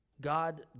God